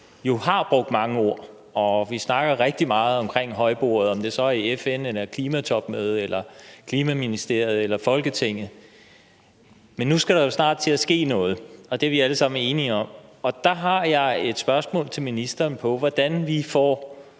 jo har brugt mange ord. Vi snakker rigtig meget omkring højbordet, om det så er i FN, ved klimatopmøder, i Klimaministeriet eller i Folketinget, men nu skal der jo snart til at ske noget – det er vi alle sammen enige om – og der har jeg et spørgsmål til ministeren, med hensyn til